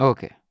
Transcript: Okay